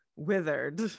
withered